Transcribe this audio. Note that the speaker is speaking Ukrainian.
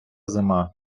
зима